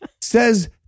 Says